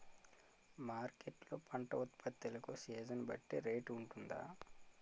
Market లొ పంట ఉత్పత్తి లకు సీజన్ బట్టి రేట్ వుంటుందా?